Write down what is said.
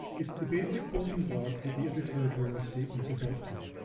it's the basic building block that the other territorial statements are built from.